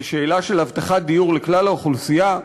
ושאלה של הבטחת דיור לכלל האוכלוסייה,